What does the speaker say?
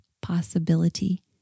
possibility